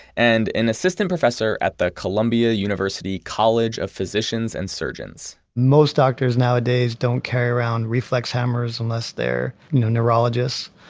and an assistant professor at the columbia university college of physicians and surgeons most doctors nowadays don't carry around reflex hammers unless they're neurologists.